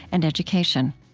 and education